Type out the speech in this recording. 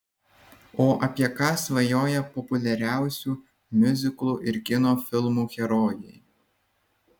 o apie ką svajoja populiariausių miuziklų ir kino filmų herojai